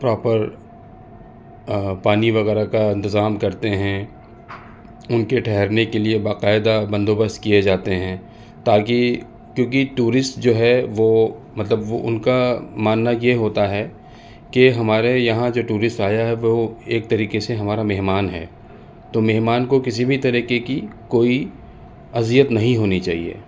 proper پانی وغیرہ کا انتظام کرتے ہیں ان کے ٹھہرنے کے لیے باقاعدہ بند و بست کیے جاتے ہیں تاکہ کیوںکہ ٹورسٹ جو ہے وہ مطلب وہ ان کا ماننا یہ ہوتا ہے کہ ہمارے یہاں جو ٹورسٹ آیا ہے وہ ایک طریقے سے ہمارا مہمان ہے تو مہمان کو کسی بھی طریقے کی کوئی اذیت نہیں ہونی چاہیے